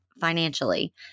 financially